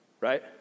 right